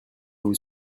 vous